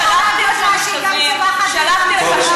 העברתי מראש, ואתה לא, עכשיו, לגבי ספר האזרחות.